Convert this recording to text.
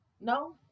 No